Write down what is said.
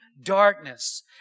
darkness